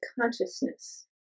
consciousness